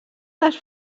les